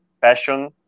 passion